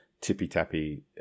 tippy-tappy